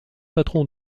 patron